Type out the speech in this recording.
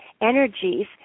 energies